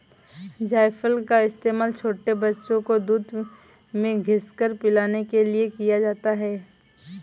जायफल का इस्तेमाल छोटे बच्चों को दूध में घिस कर पिलाने में किया जाता है